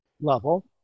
level